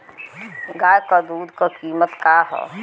गाय क दूध क कीमत का हैं?